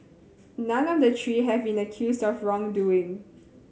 none of the three have been accused of wrongdoing